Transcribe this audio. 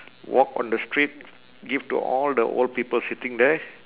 walk on the street give to all the old people sitting there